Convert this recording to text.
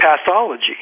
pathology